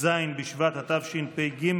ט"ז בשבט התשפ"ג,